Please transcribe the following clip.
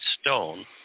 stone